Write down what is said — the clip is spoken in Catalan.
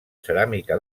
ceràmica